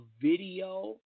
video